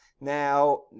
Now